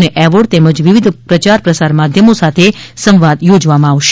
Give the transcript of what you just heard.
ને એવોર્ડ તેમજ વિવિધ પ્રયાર પ્રસાર માધ્યમો સાથે સંવાદ થોજવામાં આવશે